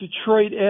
Detroit